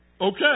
Okay